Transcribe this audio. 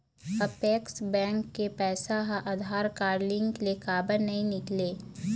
Apex bank के पैसा हा आधार कारड लिंक ले काबर नहीं निकले?